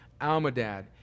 Almadad